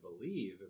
believe